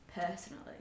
personally